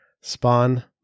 Spawn